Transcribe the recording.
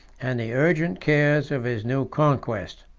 and the urgent cares of his new conquest.